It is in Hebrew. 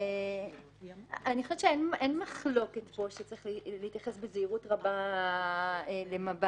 אני חושבת שאין מחלוקת שצריך להתייחס בזהירות רבה למב"דים.